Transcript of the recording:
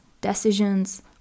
decisions